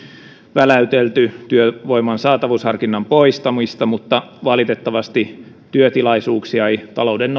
väläytelty työvoiman saatavuusharkinnan poistamista mutta valitettavasti työtilaisuuksia ei talouden